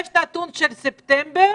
הנתון של ספטמבר